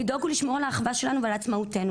לדאוג ולשמור על האחווה שלנו ועל עצמאותנו.